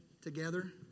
together